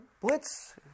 Blitz